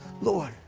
Lord